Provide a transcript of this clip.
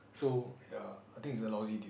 so ya I think it's a lousy deal